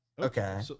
Okay